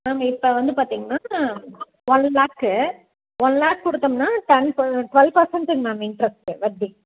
ma'am இப்போ வந்து பார்த்தீங்கன்னா ஒன் லேக்கு ஒன் லேக் கொடுத்தோம்னா டென் ப டுவெல் பர்சன்ட்டுங்க மேம் இன்ட்ரெஸ்ட்டு வட்டி